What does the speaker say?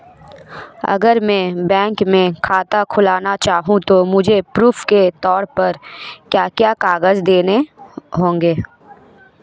अगर मैं बैंक में खाता खुलाना चाहूं तो मुझे प्रूफ़ के तौर पर क्या क्या कागज़ देने होंगे?